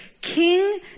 King